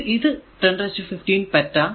ഇത് 1015 പെറ്റ symbol E